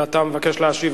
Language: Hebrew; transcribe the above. ואתה מבקש להשיב,